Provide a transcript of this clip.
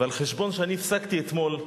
ועל חשבון שאני הפסקתי אתמול,